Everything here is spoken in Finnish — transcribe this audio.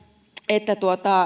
että